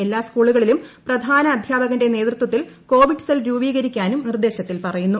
എല്ലാ സ്കൂളുകളിലും പ്രധാനാധ്യാപകന്റെ നേതൃത്വത്തിൽ കോവിഡ് സെൽ രൂപീകരിക്കാനും നിർദ്ദേശത്തിൽ പറയുന്നു